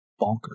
bonkers